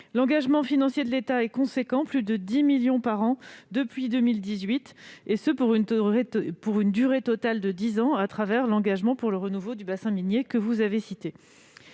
L'engagement financier de l'État est important : plus de 10 millions d'euros par an depuis 2018, et ce pour une durée totale de dix ans, dans le cadre de l'Engagement pour le renouveau du bassin minier, que vous avez cité.